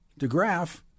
DeGraff